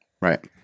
Right